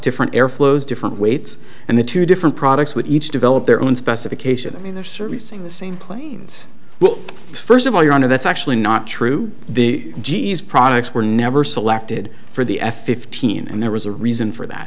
different airflows different weights and the two different products would each develop their own specifications in their servicing the same planes well first of all your honor that's actually not true the g s products were never selected for the f fifteen and there was a reason for that